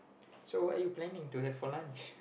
so what are you planning to have for lunch